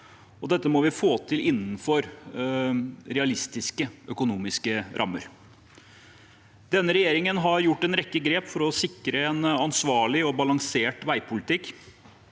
Dette må vi få til innenfor realistiske økonomiske rammer. Denne regjeringen har tatt en rekke grep for å sikre en ansvarlig og balansert veipolitikk.